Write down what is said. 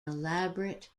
elaborate